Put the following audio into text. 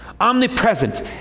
omnipresent